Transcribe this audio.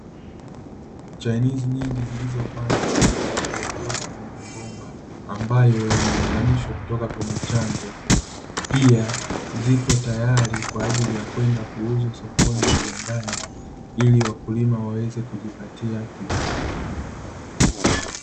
Chainizi nyingi zilizopandwa kwenye maji yaliyopo kwenye mabomba ambayo yameunganishwa kutoka kwenye chanzo, pia zipo tayari kwenda kwa ajili ya kwenda kuuzwa sokoni na viwandani; ili wakulima waweze kujipatia kipato.